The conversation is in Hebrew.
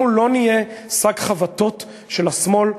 אנחנו לא נהיה שק חבטות של השמאל,